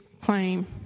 claim